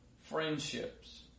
friendships